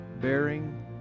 bearing